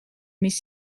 mais